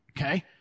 okay